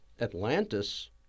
Atlantis